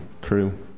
crew